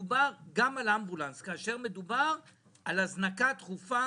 מדובר גם על אמבולנס, כאשר מדובר על הזנקה דחופה